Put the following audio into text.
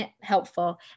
helpful